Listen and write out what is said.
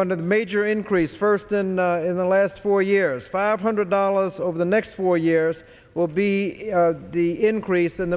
one of the major increase first and in the last four years five hundred dollars over the next four years will be the increase in the